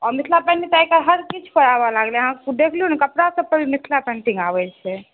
आओर मिथिला पेन्टिंग तऽ आइकाल्हि हर चीज पर आबऽ लागलै हँ अहाँ देखियौ ने कपड़ा सभ पर मिथिला पेन्टिंग आबै छै